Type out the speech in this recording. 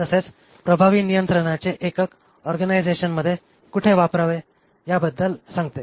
तसेच प्रभावी नियंत्रणाचे एकक ऑर्गनायझेशनमध्ये कुठे वापरावे याबद्दल सांगते